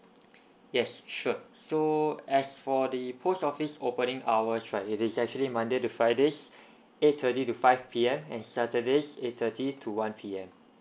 yes sure so as for the post office opening hours right it is actually monday to friday eight thirty to five P_M and saturday eight thirty to one P_M